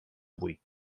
avui